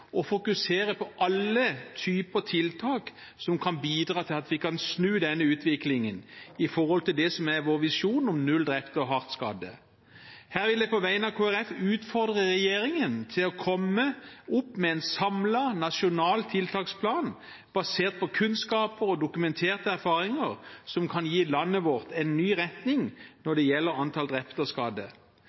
å fokusere på alle typer tiltak som kan bidra til at vi kan snu denne utviklingen, med tanke på vår visjon om null drepte og hardt skadde. Her vil jeg på vegne av Kristelig Folkeparti utfordre regjeringen til å komme med en samlet, nasjonal tiltaksplan basert på kunnskaper og dokumenterte erfaringer, som kan gi landet vårt en ny retning når det gjelder antall drepte og